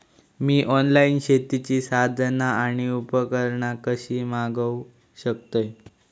मी online शेतीची साधना आणि उपकरणा कशी मागव शकतय?